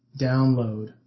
download